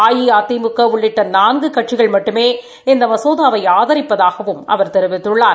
அஇஅதிமுக உள்ளிட்ட நான்கு கட்சிகள் மட்டுமே இந்த மகோதாவை ஆதரிப்பதாகவும் அவர் தெரிவித்துள்ளார்